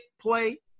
play